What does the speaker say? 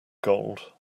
gold